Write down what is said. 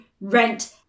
rent